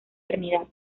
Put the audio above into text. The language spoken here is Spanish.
trinidad